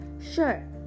Sure